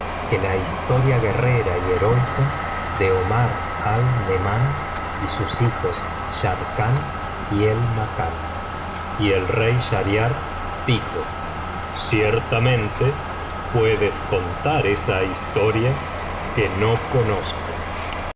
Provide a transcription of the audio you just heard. que la historia guerrera y heroica de ornar al íjemán y sus hijos scharkán y el makán y el rey schariar dijo ciertamente puedes contar esa historia que no conozco